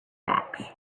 backs